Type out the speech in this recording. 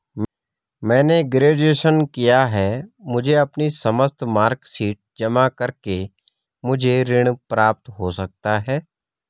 मैंने ग्रेजुएशन किया है मुझे अपनी समस्त मार्कशीट जमा करके मुझे ऋण प्राप्त हो सकता है?